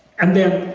and then,